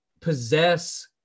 possess